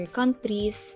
countries